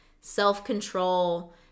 self-control